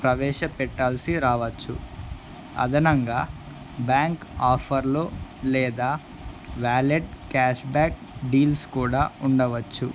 ప్రవేశ పెట్టాల్సి రావచ్చు అదనంగా బ్యాంక్ ఆఫర్లు లేదా వ్యాలిడ్ క్యాష్బ్యాక్ డీల్స్ కూడా ఉండవచ్చు